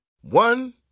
One